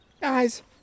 guys